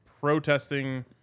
protesting